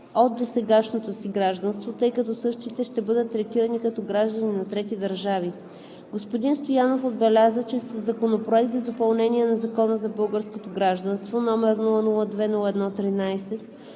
от досегашното си гражданство, тъй като същите ще бъдат третирани като граждани на трети държави. Господин Стоянов отбеляза, че със Законопроект за допълнение на Закона за българското гражданство, № 002-01-13,